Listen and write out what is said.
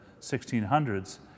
1600s